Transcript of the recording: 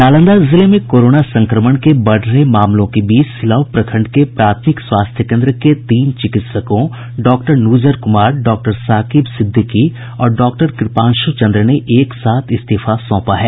नालंदा जिले में कोरोना संक्रमण के बढ़ रहे मामलों के बीच सिलाव प्रखंड के प्राथमिक स्वास्थ्य केंद्र के तीन चिकित्सकों डॉ नुजर कुमार डॉ साकिब सिद्दीकी और डॉ कृपांशु चंद्र ने एक साथ इस्तीफा सौंपा है